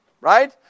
right